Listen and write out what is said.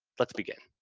let's begin.